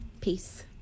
Peace